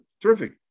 Terrific